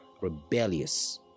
rebellious